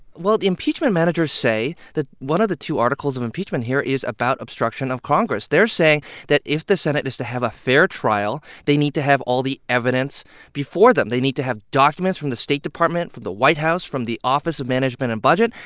well, the impeachment managers say that one of the two articles of impeachment here is about obstruction of congress. they're saying that if the senate is to have a fair trial, they need to have all the evidence before them. they need to have documents from the state department, from the white house, from the office of management and budget.